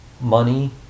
money